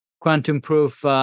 quantum-proof